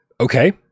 okay